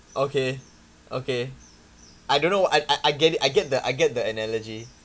okay okay I don't know I I get it I get the I get the analogy